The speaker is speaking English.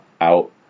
out